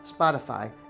Spotify